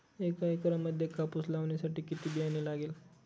एका एकरामध्ये कापूस लावण्यासाठी किती बियाणे लागेल?